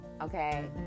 Okay